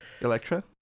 electra